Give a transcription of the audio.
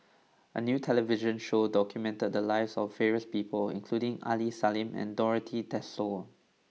a new television show documented the lives of various people including Aini Salim and Dorothy Tessensohn